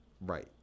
right